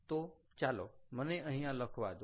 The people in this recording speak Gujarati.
તો ચાલો મને અહીંયા લખવા દો